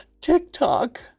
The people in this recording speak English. TikTok